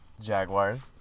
jaguars